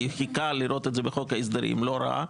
כי הוא חיכה לראות את זה בחוק ההסדרים ולא ראה.